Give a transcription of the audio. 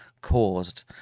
caused